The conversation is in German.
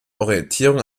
orientierung